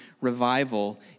revival